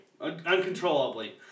uncontrollably